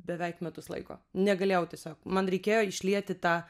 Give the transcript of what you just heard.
beveik metus laiko negalėjau tiesiog man reikėjo išlieti tą